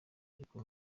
ariko